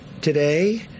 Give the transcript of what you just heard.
today